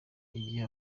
igihe